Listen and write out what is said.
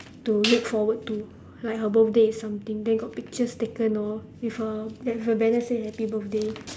to look forward to like her birthday is something then got pictures taken lor with her then her banner say happy birthday